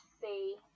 see